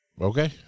okay